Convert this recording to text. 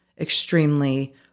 extremely-